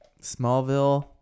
Smallville